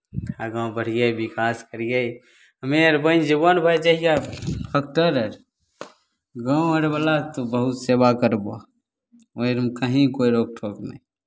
आगाँ बढ़ियै विकास करियै हमे अर बनि जयबहु ने भाय जहिया डॉक्टर अर गाँव अरवला तऽ बहुत सेवा करबह ओहि अरमे कहीँ कोइ रोक टोक नहि